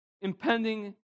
impending